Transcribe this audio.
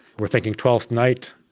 we're thinking twelfth night,